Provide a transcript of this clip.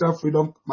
Freedom